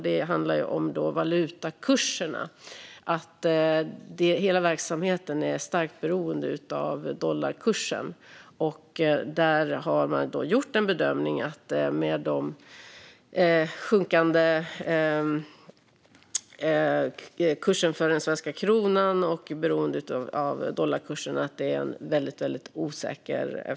Det handlar om valutakurserna. Hela verksamheten är starkt beroende av dollarkursen. Man gjorde bedömningen att i och med den sjunkande kursen för den svenska kronan och beroendet av dollarkursen var framtiden och en affär väldigt osäker.